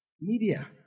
Media